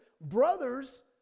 brothers